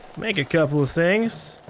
make a couple of things.